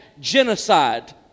genocide